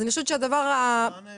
זה דבר ראשון